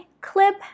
clip